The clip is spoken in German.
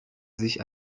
sich